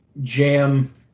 jam –